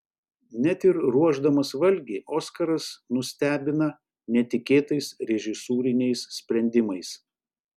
net ir ruošdamas valgį oskaras nustebina netikėtais režisūriniais sprendimais